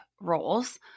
roles